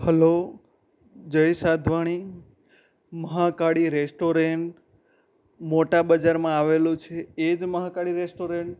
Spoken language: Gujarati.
હલો જય સાધવાણી મહાકાળી રેસ્ટોરેન્ટ મોટા બજારમાં આવેલું છે એ જ મહાકાળી રેસ્ટોરન્ટ